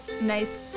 Nice